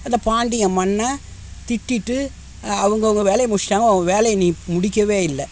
அந்தப் பாண்டிய மன்னன் திட்டிட்டு அவங்கவுங்க வேலையை முடிச்சிட்டாங்கள் உன் வேலையை நீ முடிக்கவே இல்லை